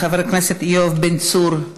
חבר הכנסת יואב בן צור,